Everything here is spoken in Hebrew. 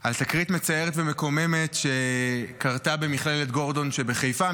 על תקרית מצערת ומקוממת שקרתה במכללת גורדון שבחיפה,